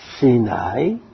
Sinai